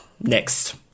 next